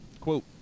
Quote